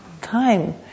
time